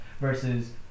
versus